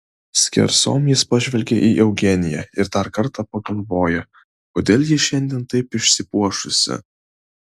skersom jis pažvelgia į eugeniją ir dar kartą pagalvoja kodėl ji šiandien taip išsipuošusi